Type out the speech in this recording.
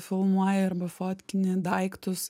filmuoji arba fotkini daiktus